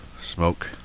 Smoke